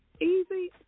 easy